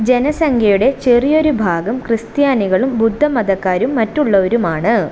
ജനസംഖ്യയുടെ ചെറിയൊരു ഭാഗം ക്രിസ്ത്യാനികളും ബുദ്ധമതക്കാരും മറ്റുള്ളവരുമാണ്